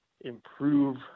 improve